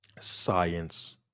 Science